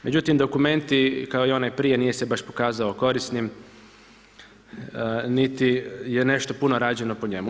Međutim, dokumenti kao i oni prije, nije se baš pokazao korisnim, niti je nešto puno rađeno po njemu.